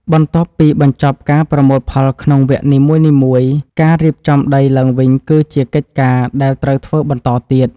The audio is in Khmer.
បន្ទាប់ពីបញ្ចប់ការប្រមូលផលក្នុងវគ្គនីមួយៗ ការរៀបចំដីឡើងវិញគឺជាកិច្ចការដែលត្រូវធ្វើបន្តទៀត។